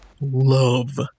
love